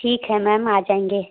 ठीक है मैम आ जाएंगे